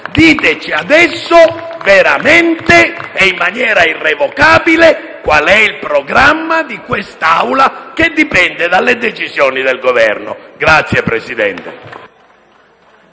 Diteci adesso, veramente e in maniera irrevocabile, qual è il programma di quest'Assemblea, che dipende dalle decisioni del Governo. *(Applausi